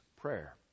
prayer